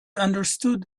understood